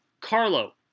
Carlo